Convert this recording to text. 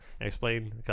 explain